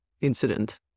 incident